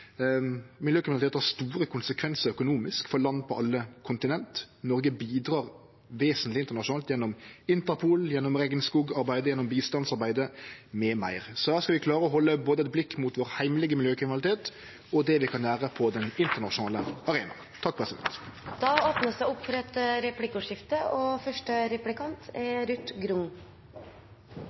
har store konsekvensar økonomisk for land på alle kontinent. Noreg bidreg vesentleg internasjonalt gjennom Interpol, gjennom regnskogarbeidet, gjennom bistandsarbeidet m.m. Så her skal vi klare å halde eit blikk mot både vår heimlege miljøkriminalitet og det vi kan gjere på den internasjonale arenaen. Det blir replikkordskifte. Norge har et globalt ansvar for å hindre spredning av tungmetaller og